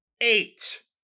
eight